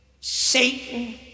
Satan